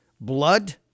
blood